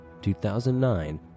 2009